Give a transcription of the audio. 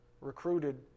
recruited